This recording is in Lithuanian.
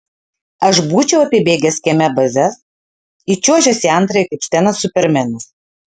aš būčiau apibėgęs kieme bazes įčiuožęs į antrąją kaip stenas supermenas